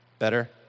Better